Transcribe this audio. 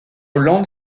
hollande